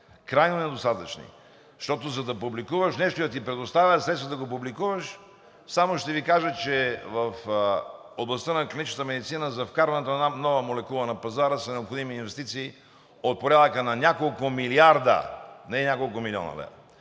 крайно недостатъчни. Защото, за да публикуваш нещо и да ти предоставят средства да го публикуваш, само ще Ви кажа, че в областта на клиничната медицина за вкарването на една нова молекула на пазара са необходими инвестиции от порядъка на няколко милиарда, не няколко милиона лева.